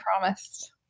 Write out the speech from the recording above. promised